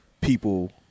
people